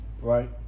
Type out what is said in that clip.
Right